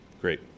Great